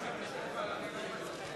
הצעת חוק תקציב המדינה